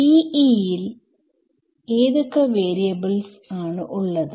TE യിൽ ഏതൊക്കെ വരിയബിൾസ്ആണ് ഉള്ളത്